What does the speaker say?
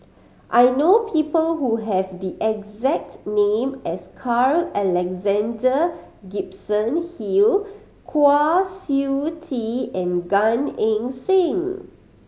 I know people who have the exact name as Carl Alexander Gibson Hill Kwa Siew Tee and Gan Eng Seng